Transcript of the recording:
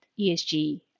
ESG